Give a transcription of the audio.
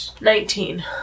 Nineteen